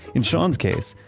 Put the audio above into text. in sean's case,